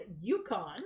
Yukon